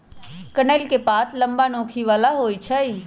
कनइल के पात लम्मा, नोखी बला होइ छइ